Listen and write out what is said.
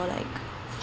for like